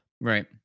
Right